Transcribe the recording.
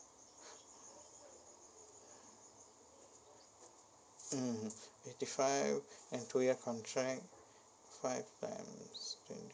mmhmm eighty five and two year contract five times twenty